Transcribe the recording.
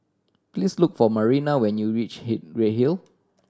please look for Marina when you reach he Redhill